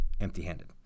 empty-handed